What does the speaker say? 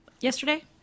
yesterday